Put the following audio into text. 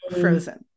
frozen